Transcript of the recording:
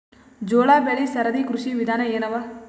ಜೋಳ ಬೆಳಿ ಸರದಿ ಕೃಷಿ ವಿಧಾನ ಎನವ?